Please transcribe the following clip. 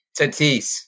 Tatis